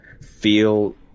feel